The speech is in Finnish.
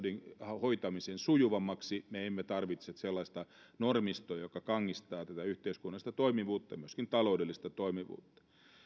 asioiden hoitamisen sujuvammaksi me emme tarvitse sellaista normistoa joka kangistaa tätä yhteiskunnallista toimivuutta myöskin taloudellista toimivuutta